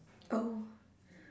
oh